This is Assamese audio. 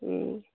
ওম